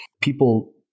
people